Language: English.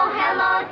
hello